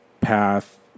Path